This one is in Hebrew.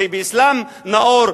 באסלאם נאור,